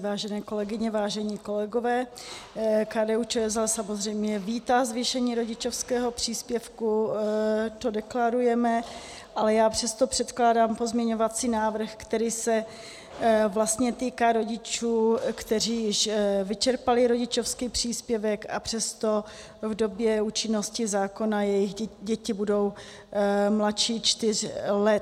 Vážené kolegyně, vážení kolegové, KDUČSL samozřejmě vítá zvýšení rodičovského příspěvku, to deklarujeme, ale já přesto předkládám pozměňovací návrh, který se vlastně týká rodičů, kteří již vyčerpali rodičovský příspěvek, a přesto v době účinnosti zákona jejich děti budou mladší čtyř let.